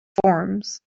forms